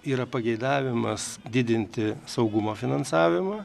yra pageidavimas didinti saugumo finansavimą